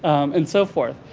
and so forth.